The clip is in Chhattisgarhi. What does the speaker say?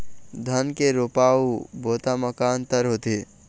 धन के रोपा अऊ बोता म का अंतर होथे?